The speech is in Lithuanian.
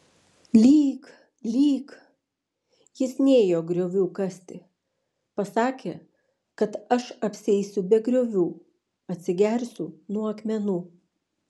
lyk lyk jis nėjo griovių kasti pasakė kad aš apsieisiu be griovių atsigersiu nuo akmenų